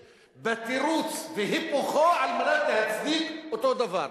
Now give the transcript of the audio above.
בתירוץ והיפוכו על מנת להצדיק אותו דבר.